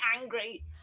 angry